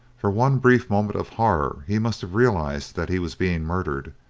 for one brief moment of horror he must have realised that he was being murdered,